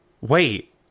Wait